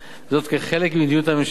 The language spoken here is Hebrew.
וזאת כחלק ממדיניות הממשלה להביא